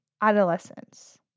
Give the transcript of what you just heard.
adolescence